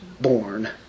born